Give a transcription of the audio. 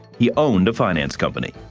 he owned a finance company.